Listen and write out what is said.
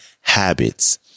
habits